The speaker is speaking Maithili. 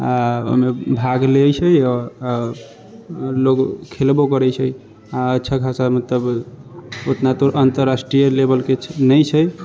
ओहिमे भाग लै छै लोग खेलबौ करै छै अच्छा खासा मतलब उतना तो अन्तराष्ट्रीय लेवलके नहि छै